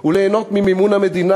וליהנות ממימון המדינה,